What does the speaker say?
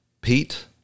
Pete